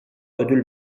ödül